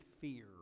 fear